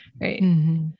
Right